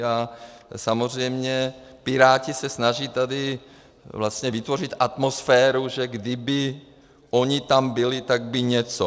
A samozřejmě Piráti se snaží vlastně tady vytvořit atmosféru, že kdyby oni tam byli, tak by něco.